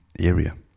area